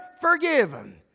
forgiven